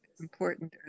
important